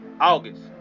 August